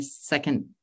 second